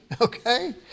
Okay